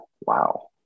wow